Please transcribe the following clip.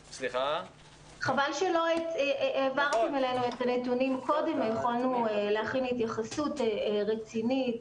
חבל שלא העברתם אלינו את הנתונים קודם ויכולנו להכין התייחסות רצינית.